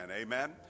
amen